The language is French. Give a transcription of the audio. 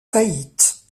faillite